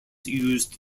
used